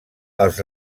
als